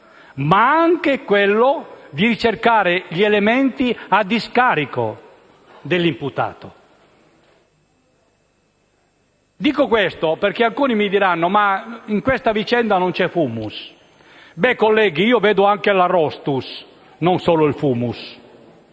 ma anche quello di cercare gli elementi a discarico dell'imputato. Dico questo perché alcuni mi diranno: ma in questa vicenda non c'è *fumus*. Beh, colleghi, io vedo anche l'"arrostus", non solo il *fumus*.